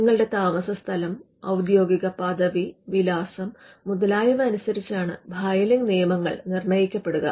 നിങ്ങളുടെ താമസസ്ഥലം ഔദ്യോഗിക പദവി വിലാസം മുതലായവ അനുസരിച്ചാണ് ഫയലിംഗ് നിയമങ്ങൾ നിർണയിക്കപ്പെടുക